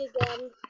again